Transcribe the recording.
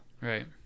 Right